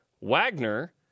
Wagner